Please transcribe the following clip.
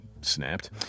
snapped